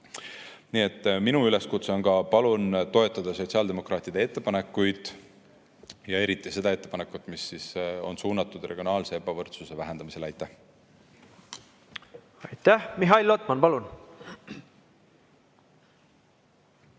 Nii et minu üleskutse on ka palun toetada sotsiaaldemokraatide ettepanekuid, eriti seda ettepanekut, mis on suunatud regionaalse ebavõrdsuse vähendamisele. Aitäh! Aitäh! Need argumendid,